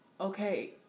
Okay